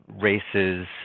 race's